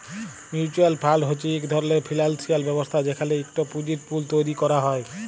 mutual fund হছে ইক ধরলের ফিল্যালসিয়াল ব্যবস্থা যেখালে ইকট পুঁজির পুল তৈরি ক্যরা হ্যয়